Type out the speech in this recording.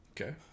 okay